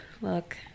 Look